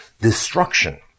destruction